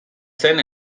zen